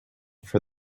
for